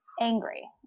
angry